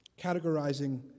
categorizing